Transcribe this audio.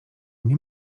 nie